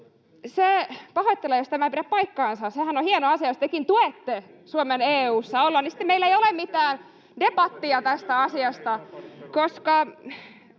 — Pahoittelen, jos tämä ei pidä paikkaansa. Sehän on hieno asia. Jos tekin tuette Suomen EU:ssa oloa, niin sitten meillä ei ole mitään debattia tästä asiasta.